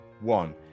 one